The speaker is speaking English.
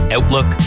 Outlook